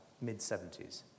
mid-70s